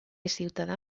ciutadà